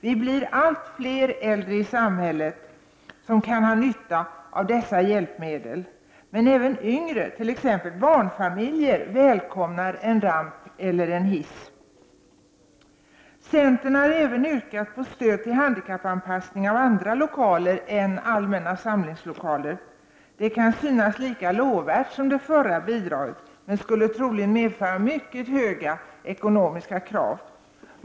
Vi blir allt fler äldre i samhället som kan ha nytta av dessa hjälpmedel. Men även yngre, t.ex. barnfamiljer, välkomnar en ramp eller en hiss. Centern har även yrkat på stöd till handikappanpassning av andra lokaler än allmänna samlingslokaler. Det kan synas lika lovvärt som det förra bidraget men skulle troligen medföra mycket högre ekonomiska krav.